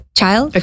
child